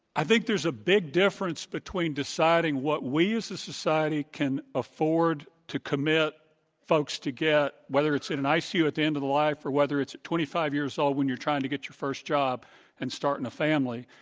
i think there's a big difference between deciding what we as a society can afford to commit folks to get, whether it's in and icu at the end of the life or whether it's at twenty five years old when you're trying to get your first job and starting a family.